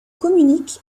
communique